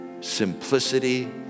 Simplicity